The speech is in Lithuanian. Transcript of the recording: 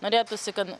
norėtųsi kad